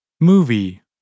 Movie